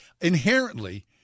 inherently